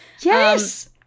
Yes